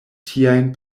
tiajn